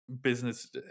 business